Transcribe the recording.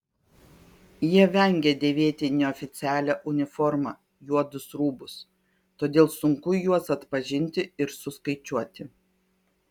jie vengia dėvėti neoficialią uniformą juodus rūbus todėl sunku juos atpažinti ir suskaičiuoti